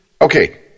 Okay